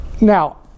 now